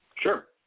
Sure